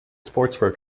sportswear